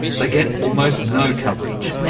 they get almost no coverage,